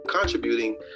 contributing